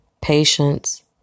patience